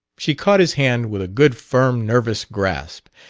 she caught his hand with a good, firm, nervous grasp,